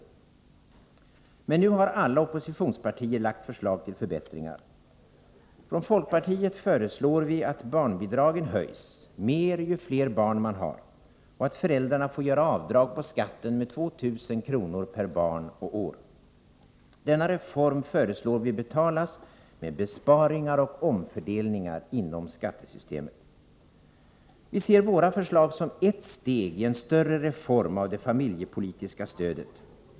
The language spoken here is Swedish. Nu har emellertid alla oppositionspartier lagt förslag till förbättringar. Från folkpartiet förslår vi att barnbidragen höjs, mer ju fler barn man har, och att föräldrarna får göra avdrag på skatten med 2 000 kr. per barn och år. Denna reform föreslår vi betalas med besparingar och omfördelningar inom skattesystemet. Vi ser våra förslag som ett steg i en större reform av det familjepolitiska stödet.